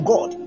God